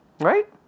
Right